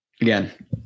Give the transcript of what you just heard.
Again